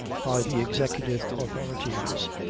by the executive authorities,